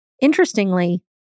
Interestingly